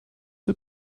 für